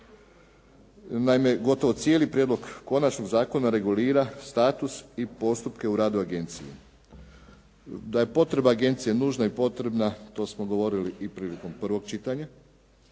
Naime, gotovo cijeli prijedlog konačnog zakona regulira status i postupke u radu agencije. Da je potreba agencije nužna i potrebna, to smo govorili i prilikom prvog čitanja,